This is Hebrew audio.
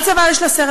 על צוואר יש לה סרט.